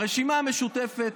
הרשימה המשותפת,